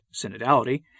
synodality